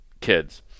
kids